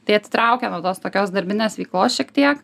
tai atitraukia nuo tos tokios darbinės veiklos šiek tiek